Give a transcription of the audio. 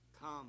Come